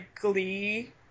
glee